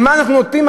למה אנחנו נותנים?